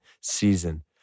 season